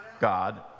God